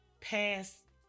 past